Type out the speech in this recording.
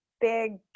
big